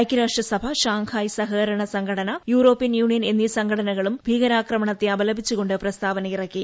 ഐക്യരാഷ്ട്രസഭ ഷാങ്ഹായി സഹകരണ സംഘടന യൂറോപ്യൻ യൂണിയൻ എന്നീ സംഘടനകൾ ഭീകരാക്രമണത്തെ അപലപിച്ചുകൊണ്ട് പ്രസ്താവന ഇറക്കി